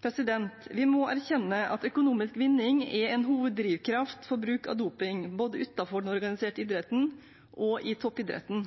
Vi må erkjenne at økonomisk vinning er en hoveddrivkraft for bruk av doping, både utenfor den organiserte idretten og i toppidretten.